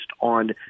on